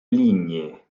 lignee